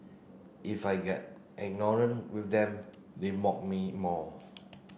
if I get ignorant with them they mock me more